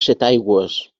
setaigües